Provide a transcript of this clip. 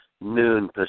noon